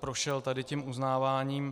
prošel tady tím uznáváním.